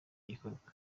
gikorwa